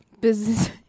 Business